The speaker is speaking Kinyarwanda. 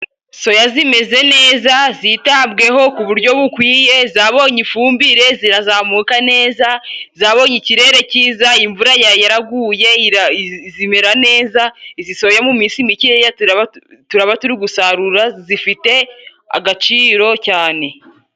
Soya zimeze neza, zitabweho ku buryo bukwiye, zabonye ifumbire zirazamuka neza, zabonye ikirere cyiza imvura ya yaraguye zimera neza. Izi soya mu minsi mikeya turaba turi gusarura zifite agaciro cyane.